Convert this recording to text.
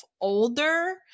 older